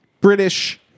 British